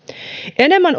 enemmän